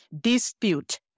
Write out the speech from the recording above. dispute